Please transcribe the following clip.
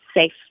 safe